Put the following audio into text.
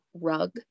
rug